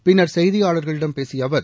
பின்னர் செய்தியாளரிடம் பேசிய அவர்